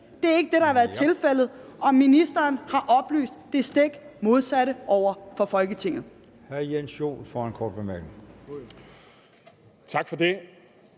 Det er ikke det, der har været tilfældet, og ministeren har oplyst det stik modsatte over for Folketinget.